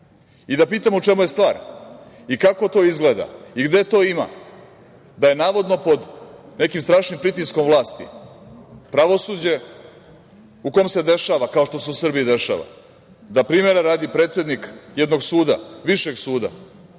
Da pitam – u čemu je stvar i kako to izgleda i gde to ima da je navodno pod nekim strašnim pritiskom vlasti pravosuđe u kome se dešava da, kao što se u Srbiji dešava, primera radi predsednik jednog suda, višeg suda,